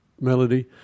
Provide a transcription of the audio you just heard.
melody